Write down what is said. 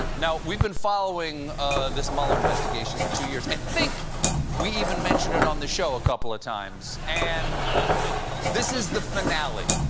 we've been following this mueller investigation for two years. i think we even mentioned it on the show a couple of times. and this is the finale.